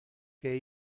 que